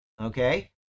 Okay